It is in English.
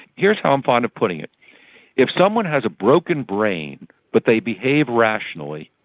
here's how i'm fond of putting it if someone has a broken brain but they behave rationally,